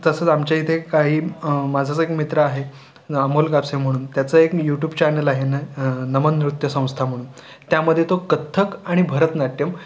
तसंच आमचे इथे काही माझाच एक मित्र आहे अमोल कापसे म्हणून त्याचं एक युटूब चॅनल आहे नमन नृत्यसंस्था म्हणून त्यामध्ये तो कथ्थक आणि भरतनाट्यम